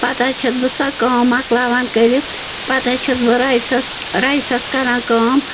پتہٕ حظ چھَس بہٕ سۄ کٲم مۄکلاوان کٔرِتھ پتہٕ حظ چھَس بہٕ رایسَس رایسَس کَران کٲم